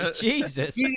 Jesus